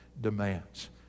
demands